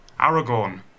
Aragorn